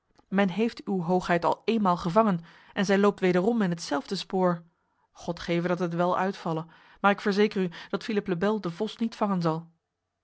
men heeft uw hoogheid al eenmaal gevangen en zij loopt wederom in hetzelfde spoor god geve dat het wel uitvalle maar ik verzeker u dat philippe le bel de vos niet vangen zal